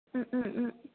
ओम ओम ओम